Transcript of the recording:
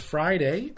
Friday